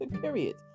Period